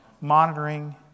monitoring